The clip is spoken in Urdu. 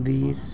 بیس